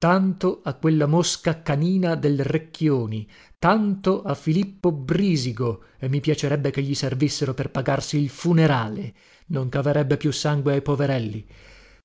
tanto a quella mosca canina del recchioni tanto a filippo brìsigo e mi piacerebbe che gli servissero per pagarsi il funerale non caverebbe più sangue ai poverelli